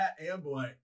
Amboy